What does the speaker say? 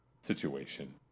situation